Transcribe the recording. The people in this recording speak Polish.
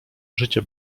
życie